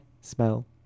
smell